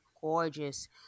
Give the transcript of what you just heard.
gorgeous